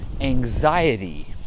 anxiety